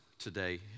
today